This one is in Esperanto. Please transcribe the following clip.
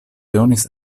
donis